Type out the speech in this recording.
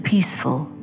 Peaceful